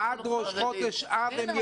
עד חודש אב הם